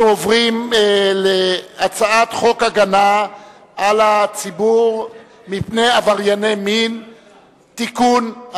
אנחנו עוברים להצעת חוק הגנה על הציבור מפני עברייני מין (תיקון),